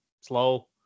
slow